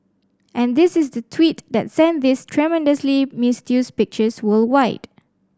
and this is the tweet that sent these tremendously misused pictures worldwide